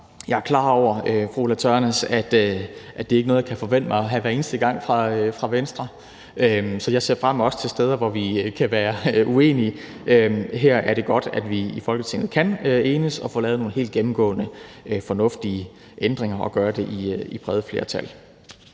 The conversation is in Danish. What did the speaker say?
fru Ulla Tørnæs, at det ikke er noget, jeg kan forvente mig at have hver eneste gang fra Venstre, så jeg ser også frem til de gange, hvor vi kan være uenige. Her er det godt, at vi i Folketinget kan enes og få lavet nogle helt gennemgående fornuftige ændringer og gøre det med brede flertal.